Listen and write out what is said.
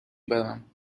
برم